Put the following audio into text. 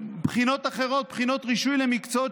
בחינות אחרות, בחינות רישוי למקצועות